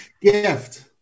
Gift